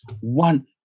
one